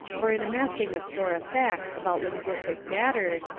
or in amassing a store of facts about linguistic matters,